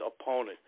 opponent